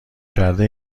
کرده